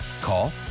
Call